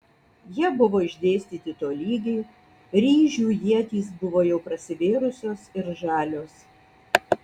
jie buvo išdėstyti tolygiai ryžių ietys buvo jau prasivėrusios ir žalios